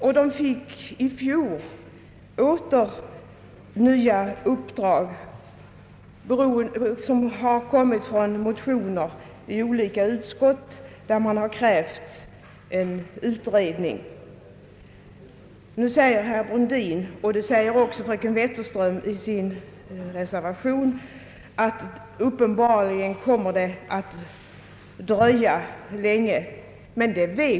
I fjol fick kommittén åter nya uppdrag från utskott i samband med motioner, där det krävts en utredning. Nu säger herr Brundin och även fröken Wetterström i sin reservation att det uppenbarligen kommer att dröja länge innan utredningens resultat blir färdigt.